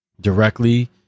directly